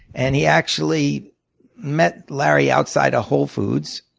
and he actually met larry outside a whole foods.